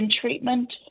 treatment